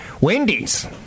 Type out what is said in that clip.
Wendy's